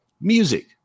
Music